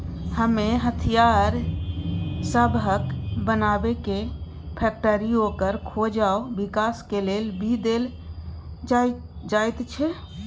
इमे हथियार सबहक बनेबे के फैक्टरी, ओकर खोज आ विकास के लेल भी देल जाइत छै